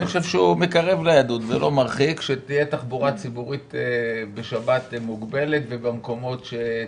הדיון לשאלה אם צריך תחבורה ציבורית בשבת או לא.